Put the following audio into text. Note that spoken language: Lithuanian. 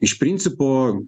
iš principo